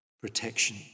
protection